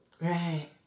Right